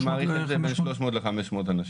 כן, אני מעריך את זה: בין 300 ל-500 אנשים.